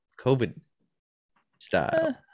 COVID-style